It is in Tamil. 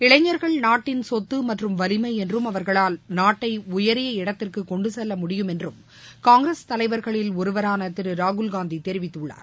இளைஞர்கள் நாட்டின் சொத்து மற்றும் வலிமை என்றும் அவர்களால் நாட்டை உயரிய இடத்திற்கு கொண்டு செல்ல முடியும் என்று காங்கிரஸ் தலைவர்களில் ஒருவரான திரு ராகுல்காந்தி தெரிவித்துள்ளார்